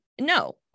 no